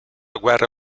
guerra